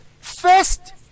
first